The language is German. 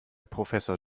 professor